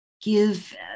give